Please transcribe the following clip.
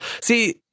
See